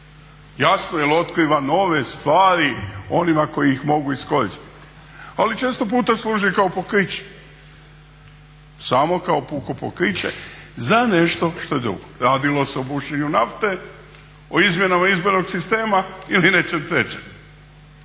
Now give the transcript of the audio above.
jasno jer otkriva nove stvari onima koji ih mogu iskoristiti, ali često puta služe i kao pokriće samo kao puko pokriće za nešto što je drugo. Radilo se o bušenju nafte, o izmjenama izbornog sistema ili nečem trećem.